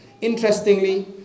interestingly